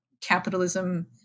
capitalism